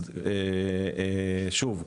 שוב,